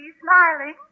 smiling